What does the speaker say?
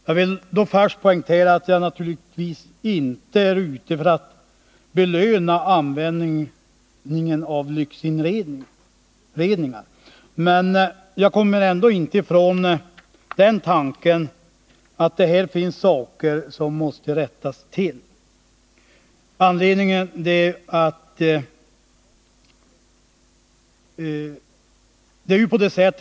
Jag vill först poängtera att jag naturligtvis inte är ute efter att belöna användningen av lyxinredningar, men jag kommer inte ifrån den tanken att det här finns saker som måste rättas till.